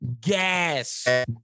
Gas